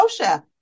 Moshe